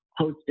hosted